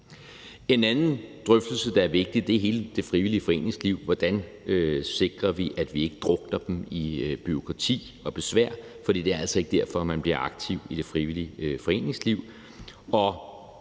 En anden drøftelse, der er vigtig, handler om hele det frivillige foreningsliv: Hvordan sikrer vi, at vi ikke drukner dem i bureaukrati og besvær? For det er altså ikke derfor, man bliver aktiv i det frivillige foreningsliv.